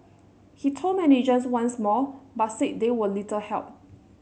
he told managers once more but said they were little help